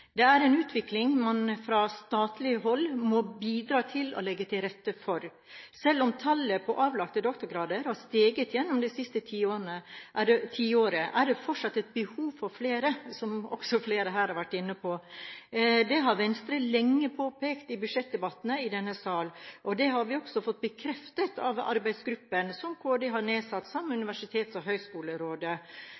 Det er en utvikling man fra statlig hold må bidra til å legge til rette for. Selv om tallet på avlagte doktorgrader har steget gjennom det siste tiåret, er det fortsatt et behov for flere, som også flere her har vært inne på. Det har Venstre lenge påpekt i budsjettdebattene i denne sal, og det har vi også fått bekreftet av arbeidsgruppen som Kunnskapsdepartementet har nedsatt sammen med